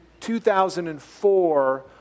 2004